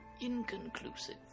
inconclusive